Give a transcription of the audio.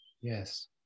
Yes